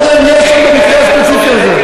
אינני יודע אם יש שם במקרה הספציפי הזה.